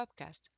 podcast